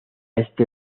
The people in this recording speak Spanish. este